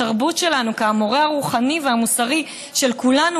בתרבות שלנו כמורה הרוחני והמוסרי של כולנו,